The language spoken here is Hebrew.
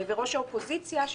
וראש האופוזיציה.